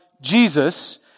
Jesus